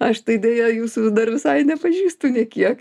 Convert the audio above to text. aš tai deja jūsų dar visai nepažįstu nei kiek